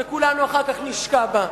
שכולנו אחר כך נשקע בה.